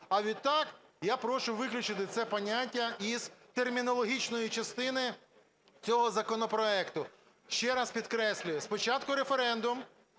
А відтак я прошу виключити це поняття із термінологічної частини цього законопроекту. Ще раз підкреслюю: спочатку референдум,